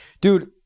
Dude